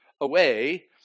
away